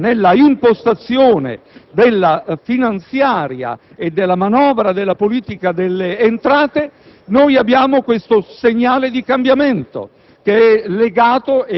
Ecco perché, nell'impostazione della finanziaria e della manovra della politica delle entrate, abbiamo questo segnale di cambiamento,